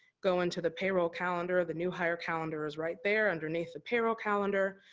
go into the payroll calendar, the new hire calendar is right there, underneath the payroll calendar.